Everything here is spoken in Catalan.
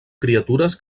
criatures